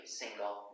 single